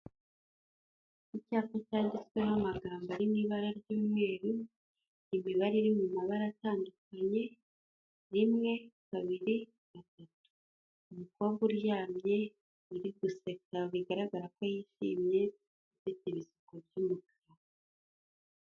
Icyapa cyanditseho amagambo ari n ibara ry'umweru, imibare iri mu mabara atandukanye, rimwe, kabiri, gatatu. Umukobwa uryamye uri guseka bigaragara ko yishimye afite ibisuko by'umukara.